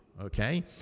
Okay